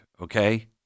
okay